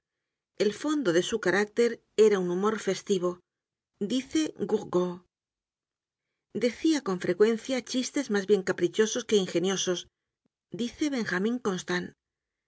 el fondo de su carácter era un humor festivo dice gourgaud decia con frecuencia chistes mas bien caprichosos que ingeniosos dice benjamin constant